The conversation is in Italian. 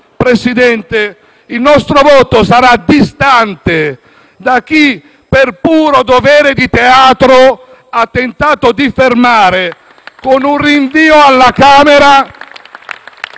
Presidente, il nostro voto sarà distante da chi, per puro dovere di teatro, ha tentato di fermare con un rinvio alla Camera